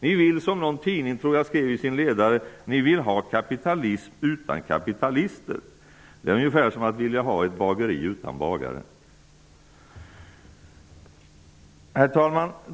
Ni vill, som en tidning skrev i sin ledare, ha kapitalism utan kapitalister. Det är ungefär som att vilja ha ett bageri utan bagare. Herr talman!